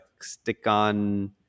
stick-on